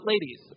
Ladies